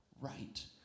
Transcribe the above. right